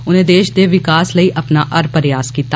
उनें देष दे विकास लेई अपना हर प्रयास कीता